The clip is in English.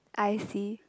I see